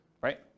right